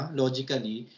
logically